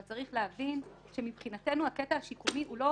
צריך להבין שמבחינתנו הקטע השיקומי הוא לא